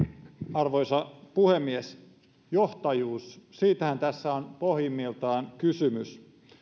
arvoisa puhemies johtajuus siitähän tässä on pohjimmiltaan kysymys